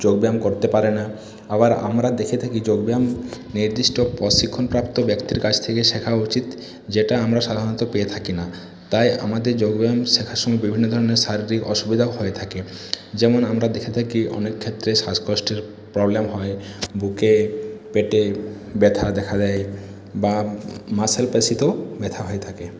যোগব্যায়াম করতে পারেনা আবার আমরা দেখে থাকি যোগব্যায়াম নির্দিষ্ট প্রশিক্ষণপ্রাপ্ত ব্যক্তির কাছ থেকে শেখা উচিত যেটা আমরা সাধারনত পেয়ে থাকি না তাই আমাদের যোগব্যায়াম শেখার বিভিন্ন ধরনের শারীরিক অসুবিধা হয়ে থাকে যেমন আমরা দেখে থাকি অনেক ক্ষেত্রে শ্বাসকষ্টের প্রবলেম হয় বুকে পেটে ব্যথা দেখা দেয় বা মাসেল পেশীতেও ব্যথা হয়ে থাকে